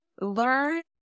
learn